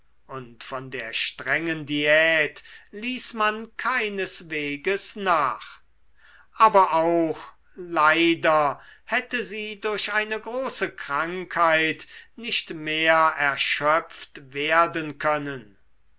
und von der strengen diät ließ man keinesweges nach aber auch leider hätte sie durch eine große krankheit nicht mehr erschöpft werden können